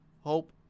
hope